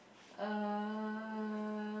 uh